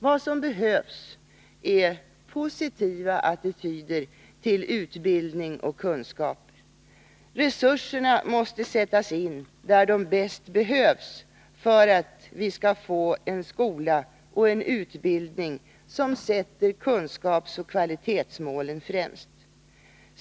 Vad som behövs är positiva attityder till utbildning och kunskaper. Resurserna måste sättas in där de bäst behövs för att vi skall få en skola och en utbildning som sätter kunskapsoch kvalitetsmålen främst.